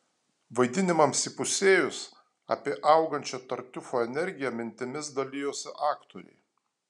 vaidinimams įpusėjus apie augančią tartiufo energiją mintimis dalijosi aktoriai